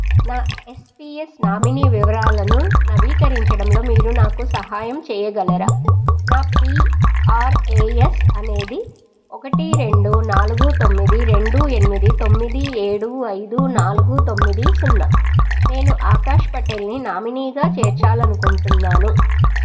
నా S P S nominee వివరాలను నవీకరించడంలో మీరు నాకు సహాయం చేయగలరా నా పీ ఆర్ ఏ ఎస్ అనేది ఒకటి రెండు నాలుగు తొమ్మిది రెండు ఎనిమిది తొమ్మిది ఏడు ఐదు నాలుగు తొమ్మిది సున్నా నేను ఆకాష్ పటేల్ని నామినీగా చేర్చాలి అనుకుంటున్నాను